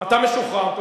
אתה משוחרר.